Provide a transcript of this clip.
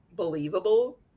believable